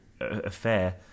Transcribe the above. affair